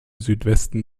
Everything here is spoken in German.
südwesten